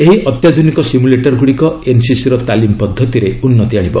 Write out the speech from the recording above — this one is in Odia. ଏହି ଅତ୍ୟାଧୁନିକ ସିମୁଲେଟର୍ ଗୁଡ଼ିକ ଏନ୍ସିସିର ତାଲିମ୍ ପଦ୍ଧତିରେ ଉନ୍ନତି ଆଶିବ